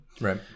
Right